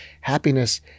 happiness